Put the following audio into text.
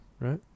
Right